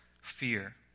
fear